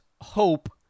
hope